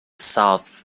south